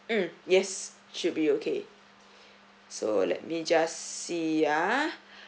mm yes should be okay so let me just see ah